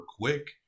quick